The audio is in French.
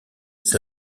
the